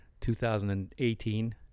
2018